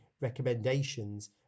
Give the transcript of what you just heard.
recommendations